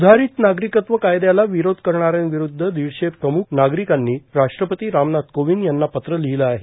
स्धारित नागरिकत्व कायद्याला विरोध करणाऱ्यांविरुद्ध दिडशे प्रमुख नागरिकांनी राष्ट्रपती रामनाथ कोविंद यांना पत्र लिहिले आहे